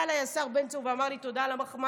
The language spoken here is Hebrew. בא אליי השר בן צור ואמר לי תודה על המחמאה,